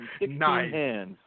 Nice